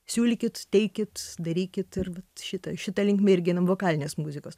siūlykit teikit darykit ir va šita šita linkme irgi einam vokalinės muzikos